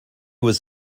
was